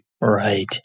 Right